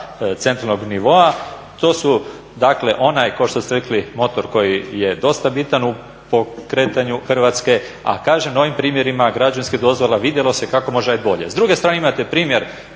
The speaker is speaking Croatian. centralnog nivoa. To su dakle onaj motor kao što ste rekli motor koji je dosta bitan po kretanju Hrvatske. A kažem na ovim primjerima građanskih dozvola vidjelo se kako može raditi bolje. S druge strane imate primjer